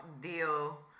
deal